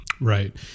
Right